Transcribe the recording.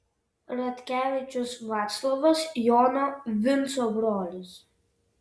radkevičius vaclovas jono vinco brolis